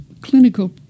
clinical